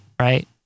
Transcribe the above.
right